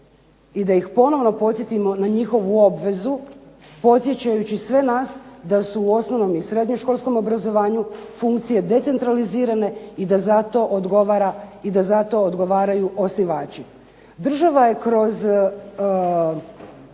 i da ih ponovno podsjetimo na njihovu obvezu podsjećajući sve nas da su u osnovnom i srednjoškolskom obrazovanju funkcije decentralizirane i da zato odgovaraju osnivači. Država kroz